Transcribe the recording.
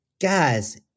guys